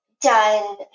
done